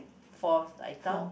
force light up